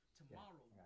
tomorrow